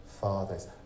fathers